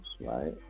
right